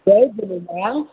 Jay Jhulelal